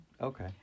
Okay